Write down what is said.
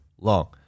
long